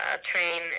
train